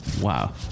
Wow